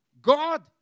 God